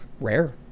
rare